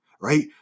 right